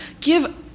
give